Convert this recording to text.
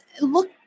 look